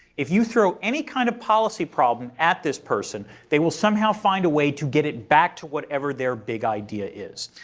if you throw any kind of policy problem at this person, they will somehow find a way to get it back to whatever their big idea is.